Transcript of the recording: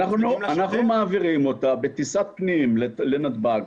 אנחנו מעבירים אותה בטיסת-פנים לנתב"ג,